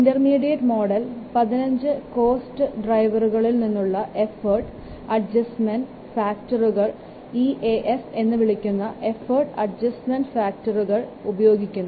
inter മീഡിയേറ്റ് model 15 cost ഡ്രൈവറുകളിൽ നിന്നുള്ള effort adjustment ഫാക്ടറുകൾ EAF എന്ന് വിളിക്കുന്ന എഫോർട്ട് അഡ്ജസ്റ്റ്മെൻറ് ഫാക്ടറുകൾ ഉപയോഗിക്കുന്നു